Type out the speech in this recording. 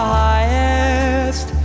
highest